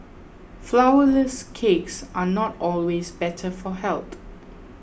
Flourless Cakes are not always better for health